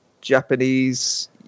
Japanese